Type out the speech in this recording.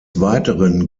weiteren